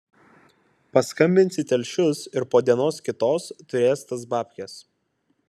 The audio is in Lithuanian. paskambins į telšius ir po dienos kitos turės tas babkes